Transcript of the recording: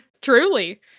truly